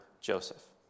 Joseph